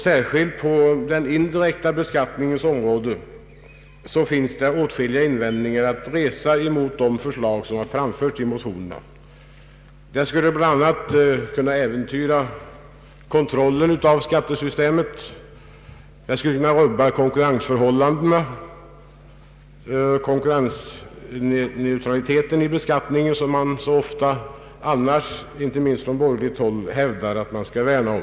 Särskilt när det gäller den indirekta beskattningen finns det åtskilliga invändningar att resa mot de förslag som har framlagts i motionerna. De skulle bl.a. kunna äventyra kontrollen av skattesystemet, rubba konkurrensneutraliteten i beskattningen, som man så ofta — inte minst från borgerligt håll — hävdar att man skall värna om.